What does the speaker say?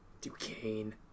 Duquesne